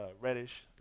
Reddish